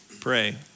pray